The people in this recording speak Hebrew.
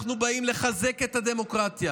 אנחנו באים לחזק את הדמוקרטיה,